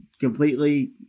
completely